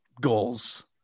goals